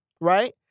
right